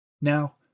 Now